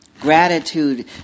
Gratitude